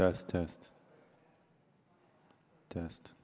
test test test